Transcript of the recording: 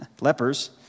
lepers